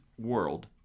world